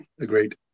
agreed